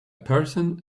person